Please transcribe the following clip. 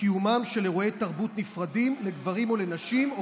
קיומם של אירועי תרבות נפרדים לגברים או לנשים כאפליה,